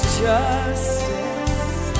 justice